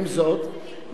עם זאת,